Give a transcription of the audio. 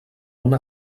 una